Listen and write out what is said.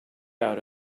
out